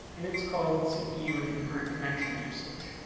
and it's called cpu and concurrent connection usage,